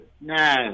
no